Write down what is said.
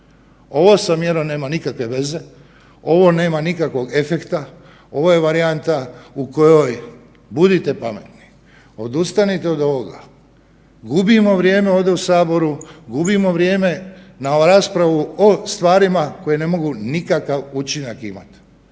ovo sa mjerom nema nikakve veze, ovo nema nikakvog efekta, ovo je varijanta u kojoj budite pametni, odustanite od ovoga, gubimo vrijeme ovdje u saboru, gubimo vrijeme na raspravu o stvarima koje ne mogu nikakav učinak imati.